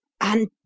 And—